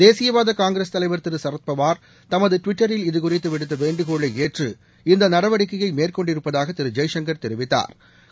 தேசியவாத காங்கிரஸ் தலைவா திரு சரத்பவார் தமது டுவிட்டரில் இது குறித்து விடுத்த வேண்டுகோளை ஏற்று இந்த நடவடிக்கையை மேற்கொண்டிருப்பதாக திரு ஜெய்சங்கா் தெரிவித்தாா்